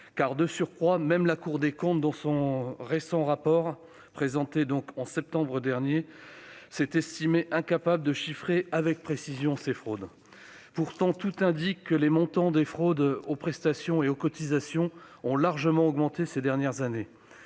De surcroît, même la Cour des comptes, dans son rapport présenté en septembre dernier, s'est estimée incapable de chiffrer avec précision ces pratiques. Tout indique pourtant que les montants des fraudes aux prestations et aux cotisations ont largement augmenté ces dernières années.